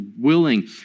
willing